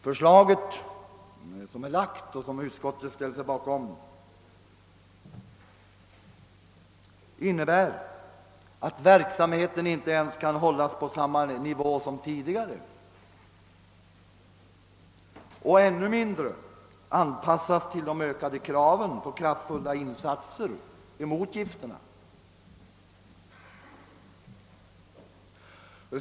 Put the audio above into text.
Förslaget, vilket utskottet har ställt sig bakom, innebär att verksamheten inte ens kan hållas på samma nivå som tidigare och ännu mindre anpassas till de ökade kraven på kraftfulla insatser mot gifterna.